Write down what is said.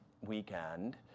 weekend